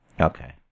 Okay